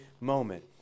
moment